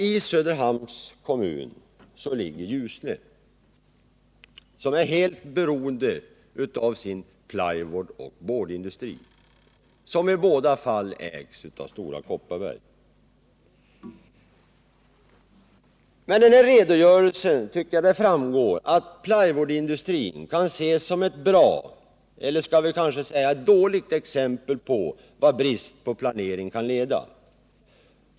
I Söderhamns kommun ligger Ljusne, som är helt beroende av sin plywoodoch boardindustri, vilken ägs av Stora Kopparberg. Av den här redogörelsen framgår, tycker jag, att plywoodindustrin kan ses som ett bra — eller snarare dåligt — exempel på vart brist på planering kan leda.